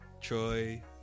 Troy